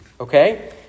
Okay